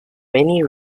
many